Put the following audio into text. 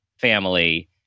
family